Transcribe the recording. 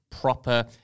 proper